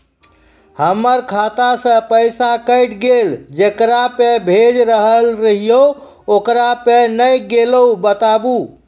हमर खाता से पैसा कैट गेल जेकरा पे भेज रहल रहियै ओकरा पे नैय गेलै बताबू?